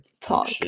talk